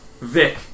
Vic